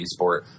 esport